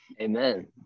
Amen